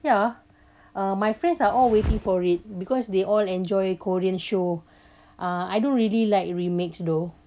ya uh my friends are all waiting for it because they all enjoy korean show uh I don't really like remakes though